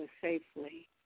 safely